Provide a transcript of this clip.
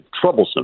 troublesome